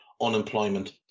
unemployment